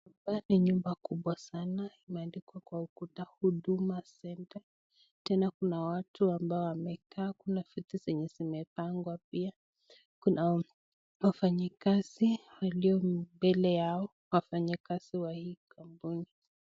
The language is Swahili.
Hapa ni nyumba kubwa sana imeandikwa kwa ukuta huduma center tena kuna watu ambao wamekaa kuna viti zenye zimepangwa pia kuna wafanyakazi walio mbele yao, wafanyakazi wa hii kampuni.